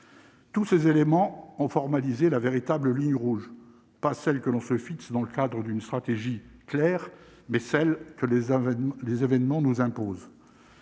tous ces éléments ont formalisé la véritable ligne rouge, pas celle que l'on se fixe dans le cadre ou d'une stratégie claire mais celle que les aveux des événements nous impose.